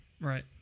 Right